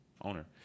owner